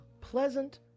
pleasant